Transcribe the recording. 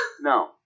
No